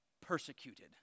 persecuted